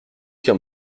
qu’un